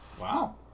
Wow